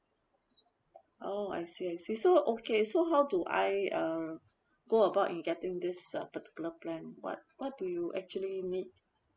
oh I see I see so okay so how do I err go about in getting this uh particular plan what what do you actually need